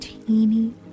teeny